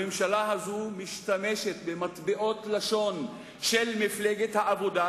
הממשלה הזו משתמשת במטבעות לשון של מפלגת העבודה,